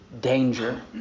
danger